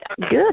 good